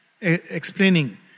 Explaining